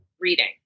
reading